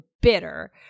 bitter